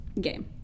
game